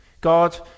God